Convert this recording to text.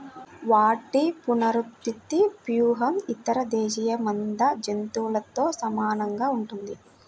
వాటి పునరుత్పత్తి వ్యూహం ఇతర దేశీయ మంద జంతువులతో సమానంగా ఉంటుంది